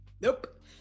Nope